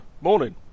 Morning